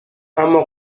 اما